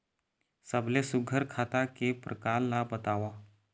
सबले सुघ्घर खाता के प्रकार ला बताव?